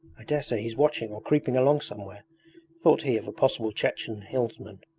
i daresay he's watching or creeping along somewhere thought he of a possible chechen hillsman.